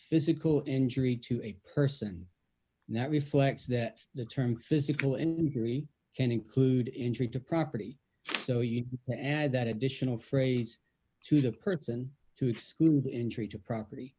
physical injury to a person not reflects that the term physical injury can include injury to property so you add that additional phrase to the person to exclude injury to property